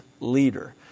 leader